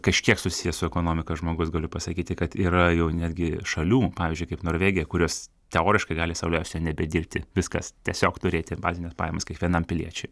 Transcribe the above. kažkiek susijęs su ekonomika žmogus galiu pasakyti kad yra jau netgi šalių pavyzdžiui kaip norvegija kurios teoriškai gali sau leisti nebedirbti viskas tiesiog turėti bazines pajamas kiekvienam piliečiui